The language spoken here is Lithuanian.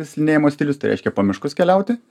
slidinėjimo stilius tai reiškia po miškus keliauti